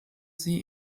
sie